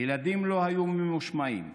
הילדים לא היו ממושמעים,